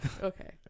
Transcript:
Okay